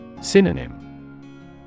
Synonym